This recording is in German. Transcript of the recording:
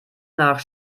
nach